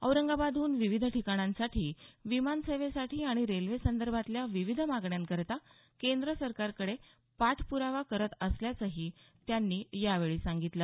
औरंगाबादहून विविध ठिकाणांसाठी विमानसेवेसाठी आणि रेल्वे संदर्भातल्या विविध मागण्यांसाठी केंद्र सरकारकडे पाठप्रावा करत असल्याचंही त्यांनी यावेळी सांगितलं